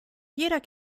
jeder